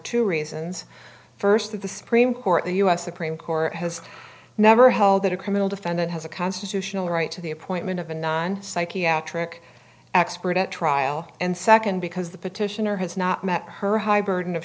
two reasons first that the supreme court the u s supreme court has never held that a criminal defendant has a constitutional right to the appointment of a non psychiatric expert at trial and second because the petitioner has not met her high burden of